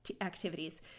activities